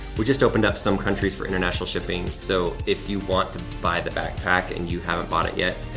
we just opened up some countries for international shipping. so, if you want to buy the backpack, and you haven't bought it yet,